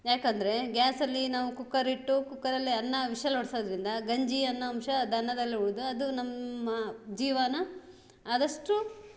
ಯಾಕೆಂದ್ರೆ ಗ್ಯಾಸಲ್ಲಿ ನಾವು ಕುಕ್ಕರ್ ಇಟ್ಟು ಕುಕ್ಕರಲ್ಲೆ ಅನ್ನ ವಿಶಲ್ ಹೊಡ್ಸೊದ್ರಿಂದ ಗಂಜಿ ಅನ್ನೊ ಅಂಶ ಅದನ್ನದಲ್ಲೆ ಉಳಿದು ಅದು ನಮ್ಮ ಜೀವನ ಆದಷ್ಟು